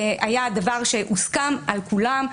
היה דבר שהוסכם על כולם.